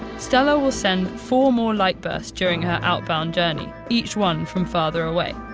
stella will send four more light bursts during her outbound journey, each one from farther away.